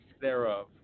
Thereof